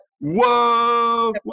Whoa